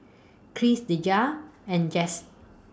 Crissie Deja and Jesse